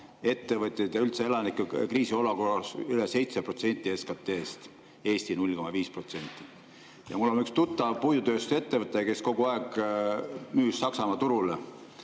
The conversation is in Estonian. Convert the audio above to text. ettevõtjaid ja üldse elanikke kriisiolukorras üle 7% SKT-st, Eesti 0,5%. Mul on üks tuttav puidutööstusettevõtja, kes kogu aeg müüs Saksamaa turule.